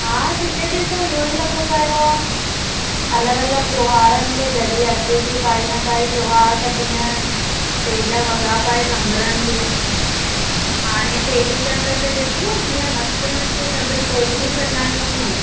हा जिते ॾिसो इहो ई लॻो पियो आहे अलॻि अलॻि त्योहारनि ते जॾहिं अचे थी काई न काई त्योहार त तीअं सेॼ वॻा पाए संभड़नि थियूं हाणे चेटीचंड ते ॾिठव कीअं मस्तु मस्तु सभिनि टोपियूं सॼायूं हुयूं